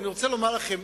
אני רוצה לומר לכם,